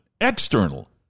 external